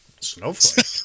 Snowflake